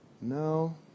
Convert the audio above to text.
No